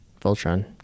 Voltron